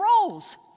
roles